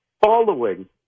following